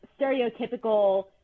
stereotypical